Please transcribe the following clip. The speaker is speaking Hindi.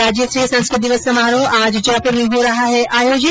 राज्यस्तरीय संस्कृत दिवस समारोह आज जयपुर में हो रहा है आयोजित